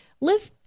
live